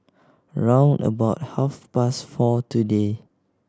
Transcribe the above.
round about half past four today